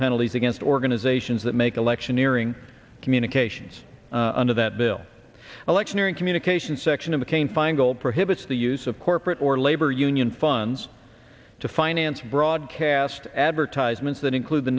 penalties against organizations that make electioneering communications and or that bill electioneering communications section of mccain feingold prohibits the use of corporate or labor union funds to finance broadcast advertisements that include the